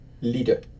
leader